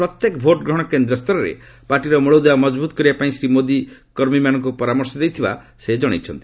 ପ୍ରତ୍ୟେକ ଭୋଟଗ୍ରହଣ କେନ୍ଦ୍ର ସ୍ତରରେ ପାର୍ଟିର ମୂଳଦୁଆ ମଜବୁତ୍ କରିବାପାଇଁ ଶ୍ରୀ ମୋଦି କର୍ମୀମାନଙ୍କୁ ପରାମର୍ଶ ଦେଇଛନ୍ତି